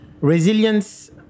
resilience